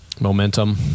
Momentum